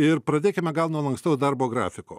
ir pradėkime gal nuo lankstaus darbo grafiko